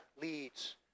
leads